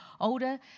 older